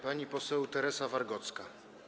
Pani poseł Teresa Wargocka.